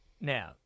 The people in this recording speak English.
Now